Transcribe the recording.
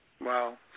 Wow